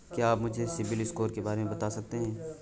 क्या आप मुझे सिबिल स्कोर के बारे में बता सकते हैं?